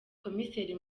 komiseri